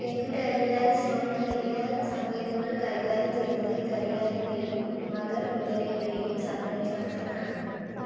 കെൻ ഘരിയാൽ സോൺ ഘരിയാൽ സങ്കേതങ്ങൾ കൈകാര്യം ചെയ്യുന്നത് ഘരിയാലിൻ്റെയും മഗർ മുതലയുടെയും സംരക്ഷണത്തിനാണ്